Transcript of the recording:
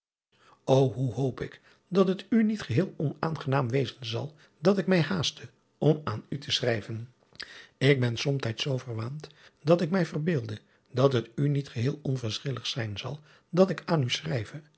ô oe hoop ik dat het u niet geheel onaangenaam wezen zal dat ik mij haaste om aan u te schrijven k ben somtijds zoo verwaand dat ik mij verbeelde dat het u niet geheel onverschillig zijn zal dat ik aan u schrijve